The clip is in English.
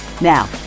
Now